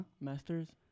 Masters